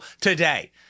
today